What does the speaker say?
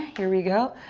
here we go,